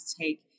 take